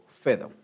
further